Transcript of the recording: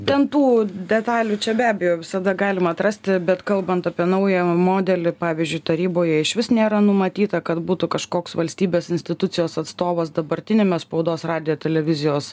ten tų detalių čia be abejo visada galima atrasti bet kalbant apie naują modelį pavyzdžiui taryboje išvis nėra numatyta kad būtų kažkoks valstybės institucijos atstovas dabartiniame spaudos radijo televizijos